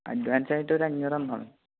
അഡ്വാൻസായിട്ട് ഒരഞ്ഞൂറ് തന്നാൽ മതി